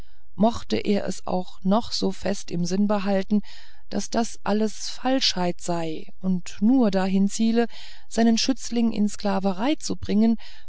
mocht er es auch noch so fest im sinn behalten daß das alles falschheit sei und nur dahin ziele seinen schützling in sklaverei zu bringen